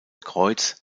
kreuz